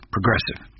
Progressive